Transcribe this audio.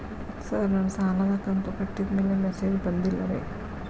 sir ನನ್ನ ಸಾಲದ ಕಂತು ಕಟ್ಟಿದಮೇಲೆ ಮೆಸೇಜ್ ಬಂದಿಲ್ಲ ರೇ